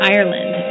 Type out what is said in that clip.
Ireland